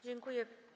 Dziękuję.